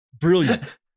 brilliant